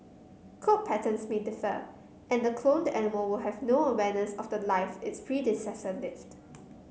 coat patterns may differ and the cloned animal will have no awareness of the life its predecessor lived